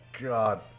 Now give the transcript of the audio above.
God